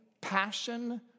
passion